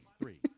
three